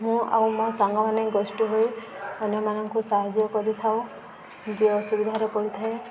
ମୁଁ ଆଉ ମୋ ସାଙ୍ଗମାନେ ଗୋଷ୍ଠୀ ହୋଇ ଅନ୍ୟମାନଙ୍କୁ ସାହାଯ୍ୟ କରିଥାଉ ଯିଏ ଅସୁବିଧାରେ ପଡ଼ିଥାଏ